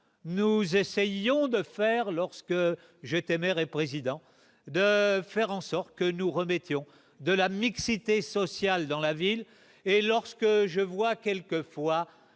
nous essayons de faire lorsque j'étais maire et président de faire en sorte que nous remettions de la mixité sociale dans la ville, et lorsque je vois quelquefois